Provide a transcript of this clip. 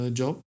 job